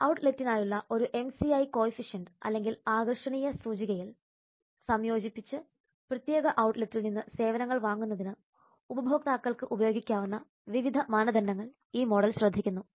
ഔട്ട്ലെറ്റിനായുള്ള ഒരു MCI coefficient അല്ലെങ്കിൽ ആകർഷണീയ സൂചികയിൽ സംയോജിപ്പിച്ച് പ്രത്യേക ഔട്ട്ലെറ്റിൽ നിന്ന് സേവനങ്ങൾ വാങ്ങുന്നതിന് ഉപഭോക്താക്കൾക്ക് ഉപയോഗിക്കാവുന്ന വിവിധ മാനദണ്ഡങ്ങൾ ഈ മോഡൽ ശ്രദ്ധിക്കുന്നു